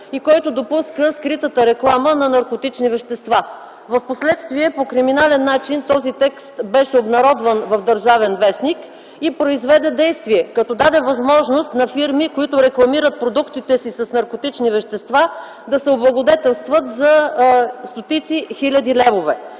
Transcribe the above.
и който допуска скритата реклама на наркотични вещества. Впоследствие по криминален начин този текст беше обнародван в „Държавен вестник” и произведе действие, като даде възможност на фирми, които рекламират продуктите си с наркотични вещества, да се облагодетелстват за стотици хиляди левове.